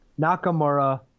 Nakamura